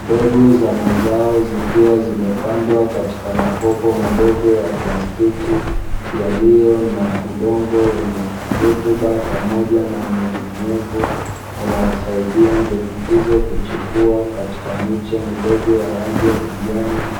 Mbegu za mazao zikiwa zimepandwa katika makopo madogo ya plastiki, yaliyo na udongo wenye rutuba pamoja na unyevunyevu, unaosaidia mbegu hizo kuchipua katika miche midogo ya rangi ya kijani,